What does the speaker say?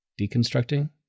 deconstructing